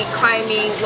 climbing